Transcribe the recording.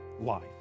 life